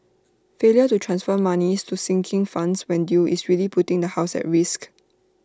failure to transfer monies to sinking funds when due is really putting the house at risk